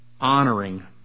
honoring